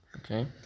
Okay